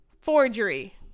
forgery